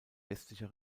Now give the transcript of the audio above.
westlicher